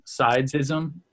sidesism